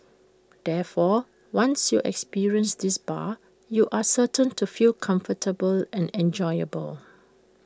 therefore once you experience this bar you are certain to feel comfortable and enjoyable